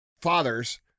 fathers